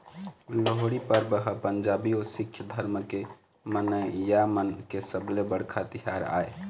लोहड़ी परब ह पंजाबी अउ सिक्ख धरम के मनइया मन के सबले बड़का तिहार आय